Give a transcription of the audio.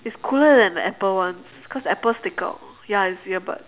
it's cooler than the apple ones cause apple stick out ya it's ear bud